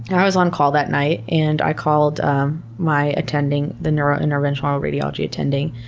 and i was on call that night, and i called my attending, the neurointerventional radiology attending.